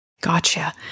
Gotcha